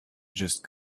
just